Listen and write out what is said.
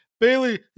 Bailey